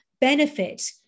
benefit